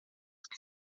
que